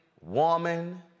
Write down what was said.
woman